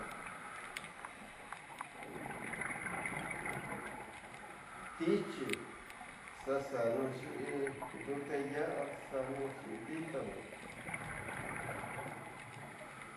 Tityi, xa xa'anu tyí ndute yasa, xaxanu tyí ditanu.